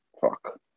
fuck